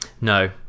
No